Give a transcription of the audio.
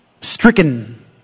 stricken